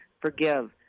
forgive